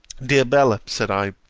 dear bella! said i,